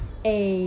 then